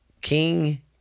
King